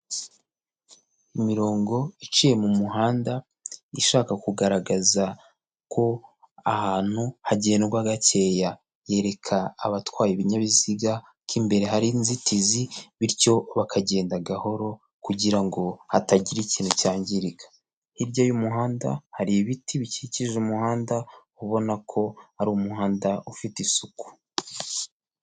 Imirongo iciye mu muhanda ishaka kugaragaza ko ahantu hagendwa gakeya, yereka abatwaye ibinyabiziga ko imbere hari inzitizi bityo bakagenda gahoro kugira ngo hatagira ikintu cyangirika, hirya y'umuhanda hari ibiti bikikije umuhanda ubona ko ari umuhanda ufite isuku.